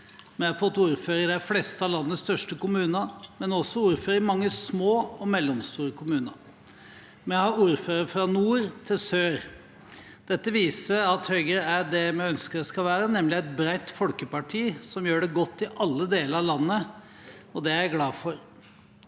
Vi har fått ordfører i de fleste av landets største kommuner, men også ordfører i mange små og mellomstore kommuner. Vi har ordførere fra nord til sør. Dette viser at Høyre er det vi ønsker det skal være, nemlig et bredt folkeparti som gjør det godt i alle deler av landet, og det er jeg glad for.